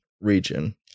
region